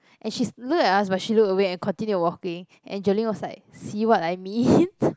and she's look at us but she look away and continued walking and Jolene was like see what I mean